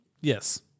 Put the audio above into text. Yes